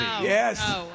Yes